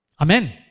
Amen